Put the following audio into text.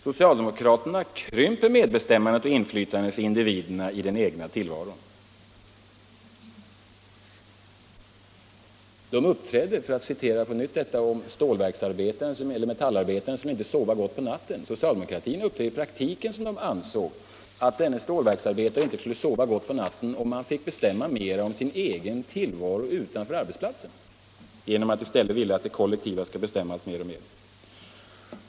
Socialdemokraterna krymper medbestämmandet och inflytandet för individerna i den egna tillvaron. För att på nytt referera till metallarbetaren som inte kunde sova gott på natten uppträder socialdemokraterna i praktiken som om de ansåg att denne metallarbetare inte skulle kunna sova gott på natten, om han finge bestämma mer om sin egen tillvaro utanför arbetsplatsen. Socialdemokraterna vill att det kollektiva i stället skall bestämma mer och mer.